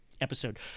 episode